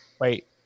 Wait